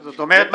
זאת אומרת,